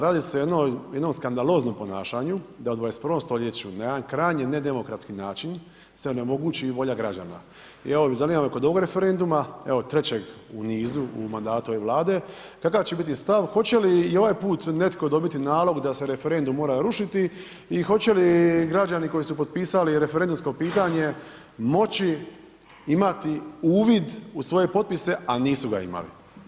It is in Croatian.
Radi se o jednom skandaloznom ponašaju da u 21. st. na jedan krajnji nedemokratski način se onemogući volja građana i evo zanima me kod ovog referenduma, evo trećeg u nizu u mandatu ove Vlade, kakav će bit stav, hoće li i ovaj put netko dobiti nalog da se referendum mora rušiti i hoće li građani koji su potpisali referendumsko pitanje, moći imati uvid u svoje potpise a nisu ga imali?